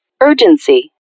urgency